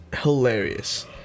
hilarious